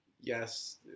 yes